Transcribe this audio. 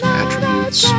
attributes